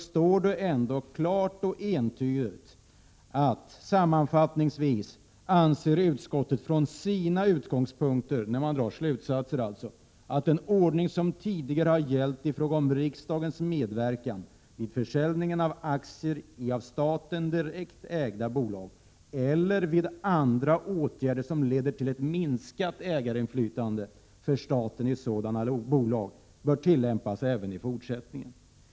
När man i näringsutskottet drar slutsatser anser man ändå sammanfattningsvis klart och entydigt att den ordning som tidigare har gällt i fråga om riksdagens medverkan vid försäljning av aktier i av staten direkt ägda bolag eller vid genomförandet av andra åtgärder, som leder till ett minskat ägarinflytande för staten i sådana bolag, bör tillämpas även i fortsättningen.